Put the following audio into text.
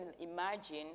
imagine